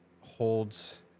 holds